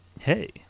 Hey